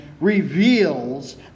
reveals